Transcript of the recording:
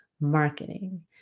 marketing